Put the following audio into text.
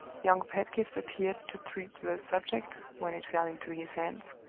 young pedgift appeared to treat the subject, when it fell into his hands,